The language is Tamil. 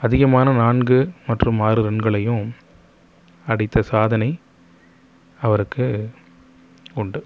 அதிகமான நான்கு மற்றும் ஆறு ரன்களையும் அடித்த சாதனை அவருக்கு உண்டு